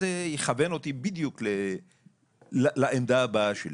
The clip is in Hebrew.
אז זה יכוון אותי בדיוק לעמדה הבאה שלי.